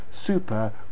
super